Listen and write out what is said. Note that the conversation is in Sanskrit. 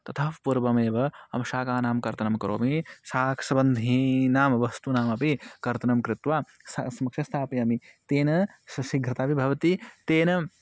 ततः पूर्वमेव अहं शाकानां कर्तनं करोमि शाकसबन्धीनां वस्तूनामपि कर्तनं कृत्वा सा समक्षे स्थापयामि ते सशीघ्रतयापि भवति तेन